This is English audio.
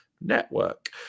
Network